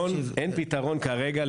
אין פתרון כרגע.